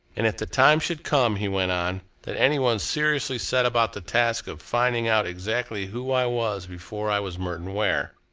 and if the time should come, he went on, that any one seriously set about the task of finding out exactly who i was before i was merton ware,